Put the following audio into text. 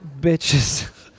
bitches